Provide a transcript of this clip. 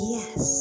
Yes